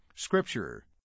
Scripture